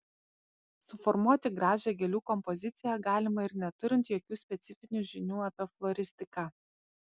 suformuoti gražią gėlių kompoziciją galima ir neturint jokių specifinių žinių apie floristiką